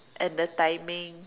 and the timing